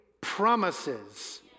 promises